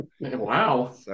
wow